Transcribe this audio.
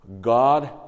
God